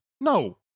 no